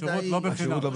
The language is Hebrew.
השירות לא בחינם?